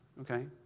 Okay